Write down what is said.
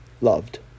loved